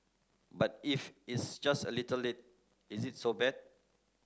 but if it's just a little late is it so bad